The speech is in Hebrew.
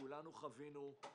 שכולנו חווינו,